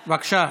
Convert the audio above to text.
בבקשה.